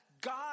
God